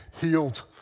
healed